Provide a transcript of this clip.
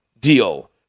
deal